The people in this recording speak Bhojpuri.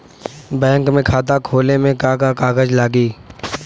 बैंक में खाता खोले मे का का कागज लागी?